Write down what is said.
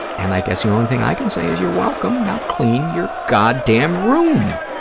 and i guess the only thing i can say is you're welcome now clean your goddamn room,